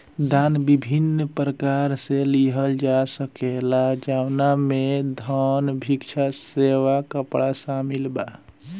दान विभिन्न प्रकार से लिहल जा सकेला जवना में धन, भिक्षा, सेवा, कपड़ा शामिल बा